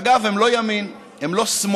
אגב, הן לא ימין, הן לא שמאל.